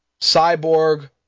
Cyborg